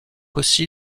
aussi